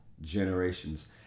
generations